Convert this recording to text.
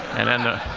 and then